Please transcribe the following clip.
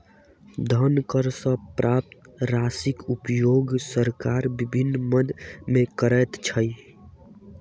धन कर सॅ प्राप्त राशिक उपयोग सरकार विभिन्न मद मे करैत छै